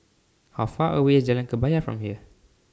How Far away IS Jalan Kebaya from here